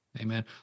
Amen